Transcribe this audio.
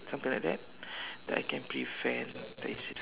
something like that that I can prevent the incident